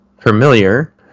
familiar